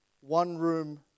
one-room